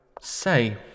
Say